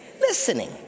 listening